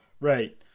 Right